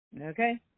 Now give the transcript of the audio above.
Okay